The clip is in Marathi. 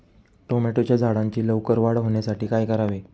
टोमॅटोच्या झाडांची लवकर वाढ होण्यासाठी काय करावे?